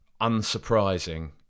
unsurprising